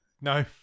No